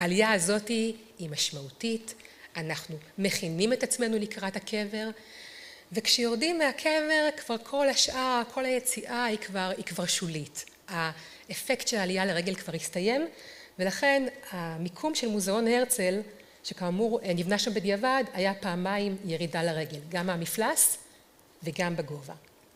עלייה הזאת היא משמעותית, אנחנו מכינים את עצמנו לקראת הקבר, וכשיורדים מהקבר כבר כל השאר, כל היציאה היא כבר שולית. האפקט של עלייה לרגל כבר הסתיים, ולכן המיקום של מוזיאון הרצל שכאמור נבנה שם בדיעבד, היה פעמיים ירידה לרגל, גם מהמפלס וגם בגובה